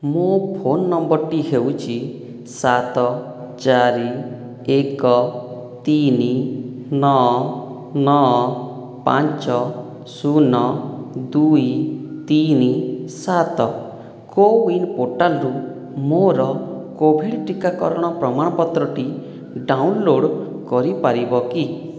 ମୋ ଫୋନ ନମ୍ବରଟି ହେଉଛି ସାତ ଚାରି ଏକ ତିନି ନଅ ନଅ ପାଞ୍ଚ ଶୂନ ଦୁଇ ତିନି ସାତ କୋୱିନ୍ ପୋର୍ଟାଲ୍ରୁ ମୋର କୋଭିଡ଼ ଟିକାକରଣ ପ୍ରମାଣପତ୍ରଟି ଡାଉନଲୋଡ଼୍ କରିପାରିବ କି